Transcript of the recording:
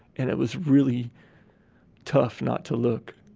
and it was really tough not to look.